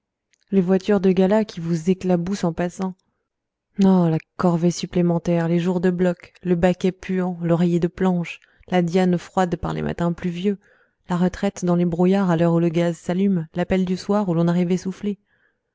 les voitures de gala qui vous éclaboussent en passant oh la corvée supplémentaire les jours de bloc le baquet puant l'oreiller de planche la diane froide par les matins pluvieux la retraite dans les brouillards à l'heure où le gaz s'allume l'appel du soir où l'on arrive essoufflé